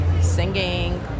singing